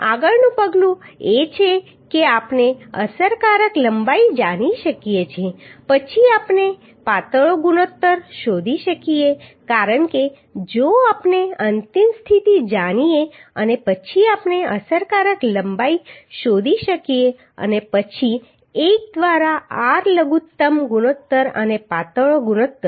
આગળનું પગલું એ છે કે આપણે અસરકારક લંબાઈ જાણી શકીએ પછી આપણે પાતળો ગુણોત્તર શોધી શકીએ કારણ કે જો આપણે અંતિમ સ્થિતિ જાણીએ અને પછી આપણે અસરકારક લંબાઈ શોધી શકીએ અને પછી l દ્વારા r લઘુત્તમ ગુણોત્તર અને પાતળો ગુણોત્તર